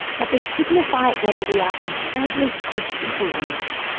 but they signify whether we are inherently good people or not.